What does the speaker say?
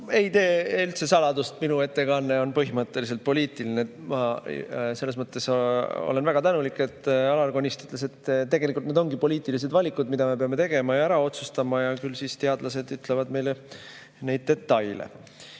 Ei tee üldse saladust, et minu ettekanne on põhimõtteliselt poliitiline. Ma selles mõttes olen väga tänulik, et Alar Konist ütles, et tegelikult need ongi poliitilised valikud, mida me peame tegema ja ära otsustama, ja küll siis teadlased ütlevad meile neid detaile. Ma